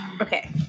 Okay